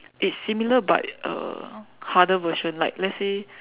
it's similar but uh harder version like let's say